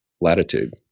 latitude